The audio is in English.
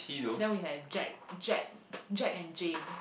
then we had a Jack Jack Jack and Jane